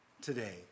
today